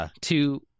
to-